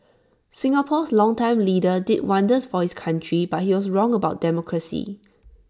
Singapore's longtime leader did wonders for his country but he was wrong about democracy